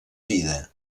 vida